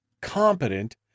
competent